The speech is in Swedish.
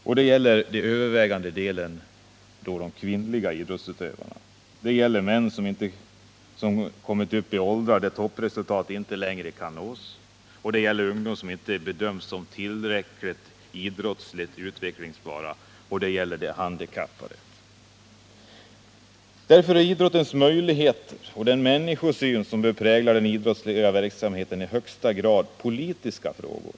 Detta gäller det övervägande flertalet kvinnliga idrottsutövare, det gäller män som kommit upp i åldrar där toppresultat inte längre kan nås, det gäller ungdomar som inte bedöms som tillräckligt idrottsligt utvecklingsbara och det gäller handikappade. Därför är idrottens möjligheter och den människosyn som bör prägla den idrottsliga verksamheten i högsta grad politiska frågor.